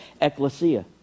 ecclesia